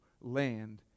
land